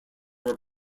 were